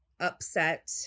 upset